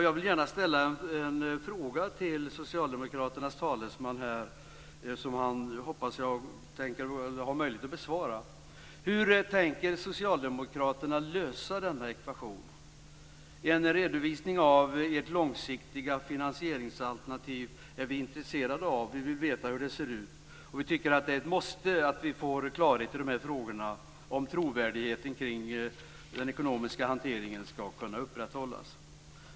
Jag vill gärna ställa en fråga till socialdemokraternas talesman och hoppas att han har möjlighet att besvara den: Hur tänker socialdemokraterna lösa denna ekvation? Vi är intresserade av en redovisning av ert långsiktiga finansieringsalternativ. Det är ett måste att vi får klarhet i de här frågorna om trovärdigheten kring den ekonomiska hanteringen skall kunna upprätthållas.